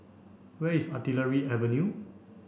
where is Artillery Avenue